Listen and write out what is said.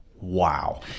wow